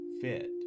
fit